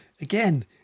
again